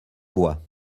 bois